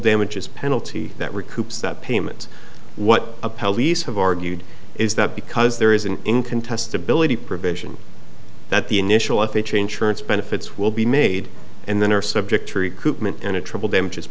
damages penalty that recoups that payment what a police have argued is that because there is an income testability provision that the initial if they change surance benefits will be made and then are subject to recruitment and a triple damages